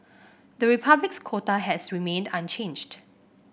the Republic's quota has remained unchanged